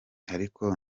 ariko